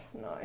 no